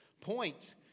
point